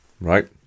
right